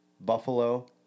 Buffalo